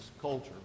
Culture